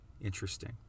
interesting